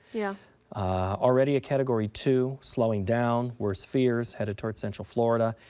yeah already a category two, slowing down, worst fears headed towards central florida,